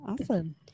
Awesome